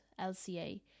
LCA